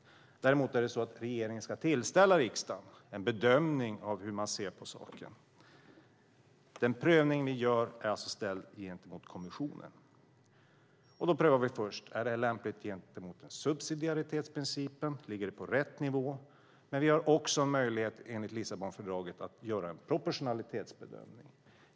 Däremot ska regeringen tillställa riksdagen en bedömning av hur man ser på saken. Den prövning vi gör är alltså ställd gentemot kommissionen. Då prövar vi först om det är lämpligt gentemot subsidiaritetsprincipen. Ligger det på rätt nivå? Vi har dock även möjlighet enligt Lissabonfördraget att göra en proportionalitetsprövning.